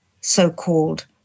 so-called